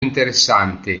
interessante